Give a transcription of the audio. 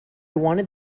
wanted